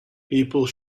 people